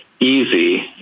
Easy